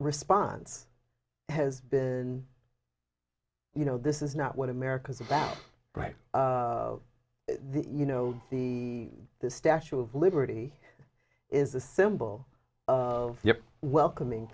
response has been you know this is not what america's about right the you know the the statue of liberty is a symbol of welcoming